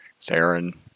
Saren